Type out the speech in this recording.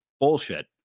bullshit